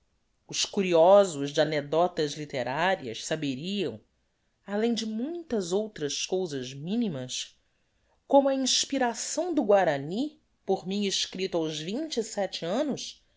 os curiosos de anedoctas litterarias saberiam além de muitas outras cousas minimas como a inspiração do guarany por mim escripto aos vinte e sete annos